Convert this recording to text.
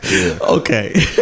Okay